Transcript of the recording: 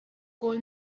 kawl